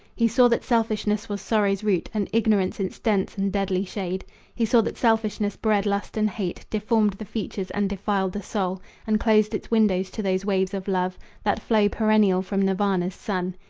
he saw that selfishness was sorrow's root, and ignorance its dense and deadly shade he saw that selfishness bred lust and hate, deformed the features, and defiled the soul and closed its windows to those waves of love that flow perennial from nirvana's sun.